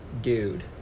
dude